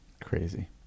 crazy